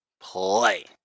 play